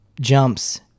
jumps